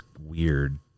weird